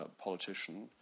politician